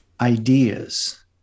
ideas